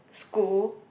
school